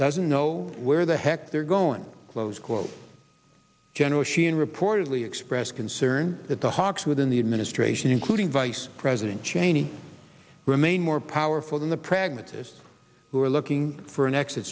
doesn't know where the heck they're going to close quote general sheehan reportedly expressed concern that the hawks within the administration including vice president cheney remain more powerful than the pragmatists who are looking for an exit